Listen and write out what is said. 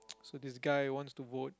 so this guy wants to vote